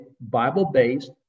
Bible-based